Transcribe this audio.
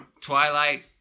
Twilight